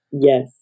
Yes